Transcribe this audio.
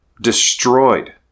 destroyed